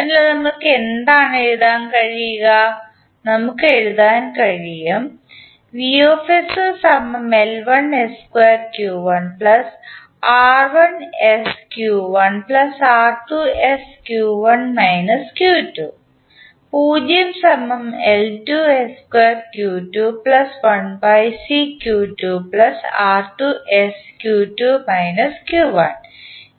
അതിനാൽ നമുക്ക് എന്താണ് എഴുതാൻ കഴിയുക നമുക്ക് എഴുതാൻ കഴിയും